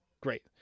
great